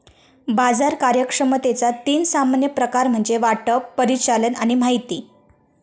बाजार कार्यक्षमतेचा तीन सामान्य प्रकार म्हणजे वाटप, परिचालन आणि माहिती